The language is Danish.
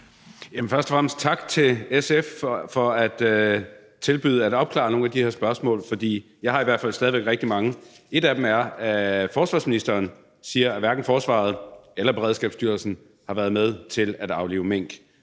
tak til SF for at tilbyde at opklare nogle af de her spørgsmål, for jeg har i hvert fald stadig væk rigtig mange. Et af dem går på: Forsvarsministeren siger, at hverken forsvaret eller Beredskabsstyrelsen har været med til at aflive mink.